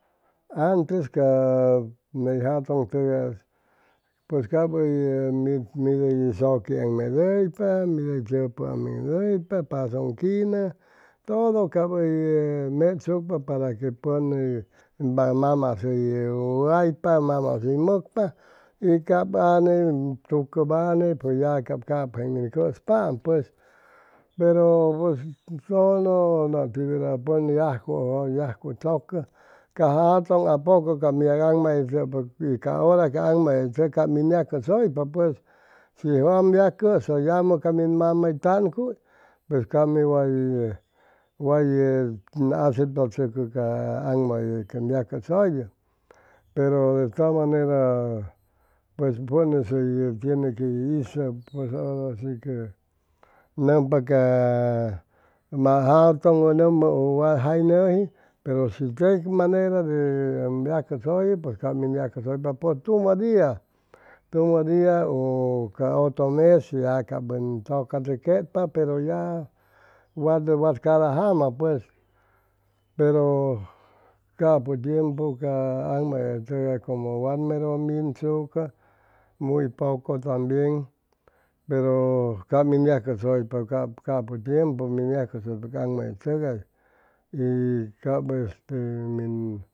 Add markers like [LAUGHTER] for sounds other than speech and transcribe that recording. Antes ca ney jatʉn tʉgay pues cap hʉy mit mit hʉy zoque aŋmedʉypa mit [HESITATION] todo cap hʉy mechsucpa para que pʉn hʉy mamas waypa mamas hʉy mʉcpa y cap anne tucʉp anne pues ya cap capʉ jeeŋ min cʉspaam pues pero pues todo nate verda pʉn yajcu yajcu tzʉcʉ ca jatʉn apoco cap mit yag aŋmayʉtʉpa ca hora ca aŋmayetʉg cap min yacʉsʉypa pues shi wam yacʉsʉ ʉ yamʉ ca min mama hʉy taŋcuy pues ca mi way way aceptachʉcʉ ca aŋmayʉye quen yacʉsʉyʉ pero de todas manera pues pʉn'is hʉy tiene quey hizʉ pues hora si que nʉmpa ca ma jatʉŋ nʉmpa u wa jay nʉji pero shi tec manera de ʉm yacʉsʉyʉ pues ca min yacʉsʉypa por tumʉ dia tumʉ dia u ca otro mes ya cap min tʉcachʉquetpa pero ya wat wat cada jama pues pero capu tiempu ca aŋmayʉye tʉgay como wa mero minsucʉ muy poco tambien pero cap min yacʉsʉypa capʉ tiempu min yacʉsʉypa ca aŋmayʉyetʉgay y cap este min